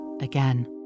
again